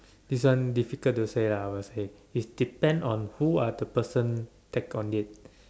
this one difficult to say lah I must say is depend on who are the person take on it